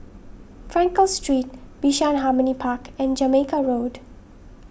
Frankel Street Bishan Harmony Park and Jamaica Road